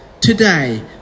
today